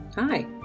Hi